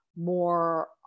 more